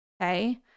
okay